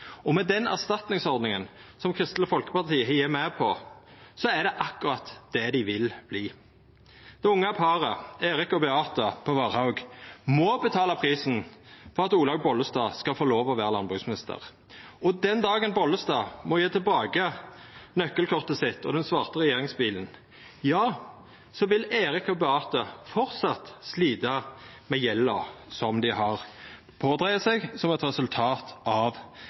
Og med den erstatningsordninga som Kristeleg Folkeparti har gått med på, er det akkurat det dei vil verta. Det unge paret, Erik og Beate på Varhaug, må betala prisen for at Olaug Bollestad skal få lov å vera landbruksminister. Den dagen Bollestad må gje tilbake nøkkelkortet sitt og den svarte regjeringsbilen, vil Erik og Beate framleis slita med gjelda dei har pådratt seg, som eit resultat av